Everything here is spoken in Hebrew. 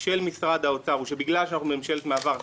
של משרד האוצר הוא שבגלל שאנחנו ממשלת מעבר,